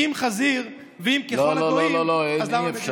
אם חזיר ואם ככל הגויים, לא לא לא, אי-אפשר.